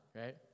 right